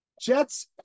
Jets